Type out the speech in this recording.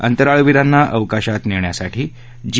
अंतराळविरांना अवकाशात नेण्यासाठी जी